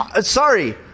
Sorry